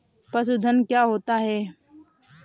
पशुधन क्या होता है?